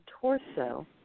torso